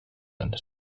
and